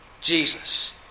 Jesus